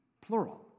plural